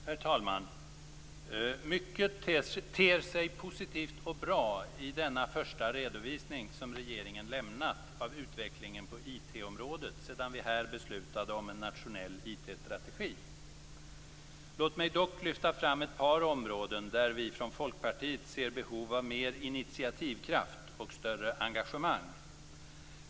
Herr talman! Mycket ter sig positivt och bra i denna första redovisning som regeringen lämnat av utvecklingen på IT-området sedan vi här beslutade om en nationell IT-strategi. Låt mig dock lyfta fram ett par områden där vi från Folkpartiet ser behov av mer initiativkraft och större engagemang.